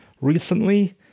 recently